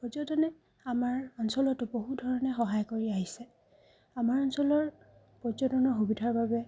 পৰ্যটনে আমাৰ অঞ্চলতো বহু ধৰণে সহায় কৰি আহিছে আমাৰ অঞ্চলৰ পৰ্যটনৰ সুবিধাৰ বাবে